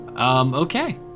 Okay